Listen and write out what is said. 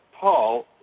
Paul